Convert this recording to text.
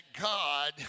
God